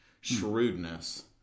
Shrewdness